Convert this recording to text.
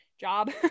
job